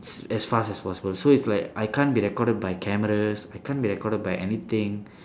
as fast as possible so it's like I can't be recorded by cameras I can't be record by anything